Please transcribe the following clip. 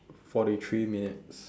forty three minutes